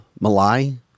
malai